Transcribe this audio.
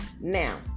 now